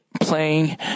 playing